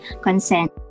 consent